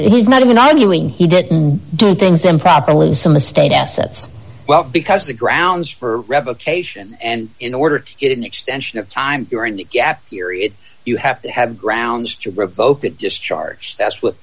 he's not even arguing he didn't do things improperly and some estate assets well because the grounds for revocation and in order to get an extension of time during the gap period you have to have grounds to revoke that discharge that's w